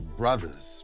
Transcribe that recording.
brothers